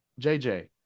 JJ